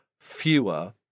fewer